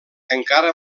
encara